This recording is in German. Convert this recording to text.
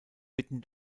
mitten